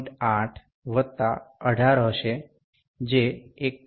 8 વત્તા 18 હશે જે 51